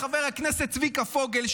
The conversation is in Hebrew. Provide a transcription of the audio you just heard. חבר הכנסת צביקה פוגל,